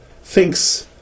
thinks